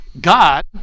God